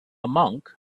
monk